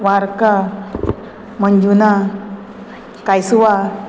वार्का Anjuna कांयसुवा